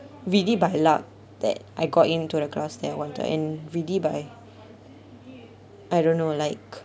really by luck that I got into the class that I wanted and really by I don't know like